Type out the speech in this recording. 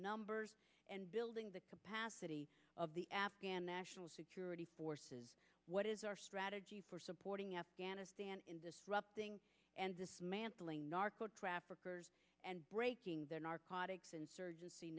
numbers and building the capacity of the afghan national security forces what is our strategy for supporting afghanistan in disrupting and dismantling narco traffickers and breaking their narcotics insurgency